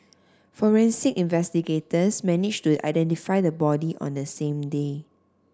forensic investigators managed to identify the body on the same day